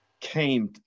came